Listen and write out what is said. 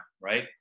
right